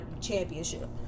championship